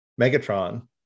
Megatron